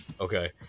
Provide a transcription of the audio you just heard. Okay